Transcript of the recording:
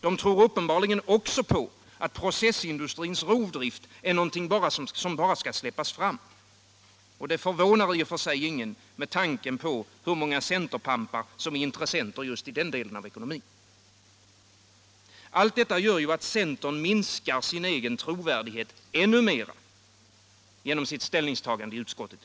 De tror uppenbarligen också på att processindustrins rovdrift är någonting som bara skall släppas fram. Det förvånar i och för sig inte med tanke på hur många centerpampar som är intressenter just i den delen av ekonomin. Allt detta gör ju att centern minskar sin egen trovärdighet än mer.